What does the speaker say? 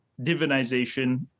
divinization